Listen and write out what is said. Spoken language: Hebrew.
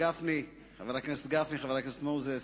חבר הכנסת גפני, חבר הכנסת מוזס,